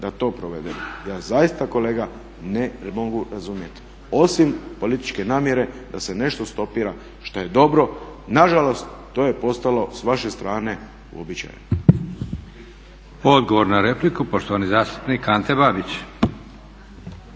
da to provedemo. Ja zaista kolega ne mogu razumjeti osim političke namjere da se nešto stopira šta je dobro. Nažalost to je postalo s vaše strne uobičajeno.